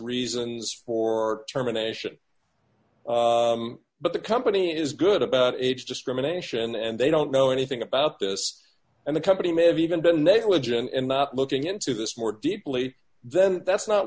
reasons for terminations but the company is good about age discrimination and they don't know anything about this and the company may have even been negligent in not looking into this more deeply then that's not